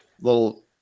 little